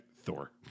Thor